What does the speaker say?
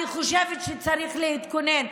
אני חושבת שצריך להתכונן.